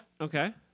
Okay